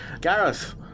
Gareth